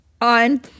On